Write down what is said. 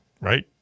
Right